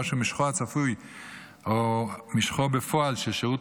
או שמשכו הצפוי או משכו בפועל של שירות